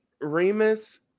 Remus